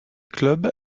club